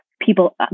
people